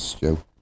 Joe